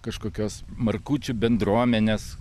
kažkokios markučių bendruomenės